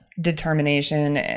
determination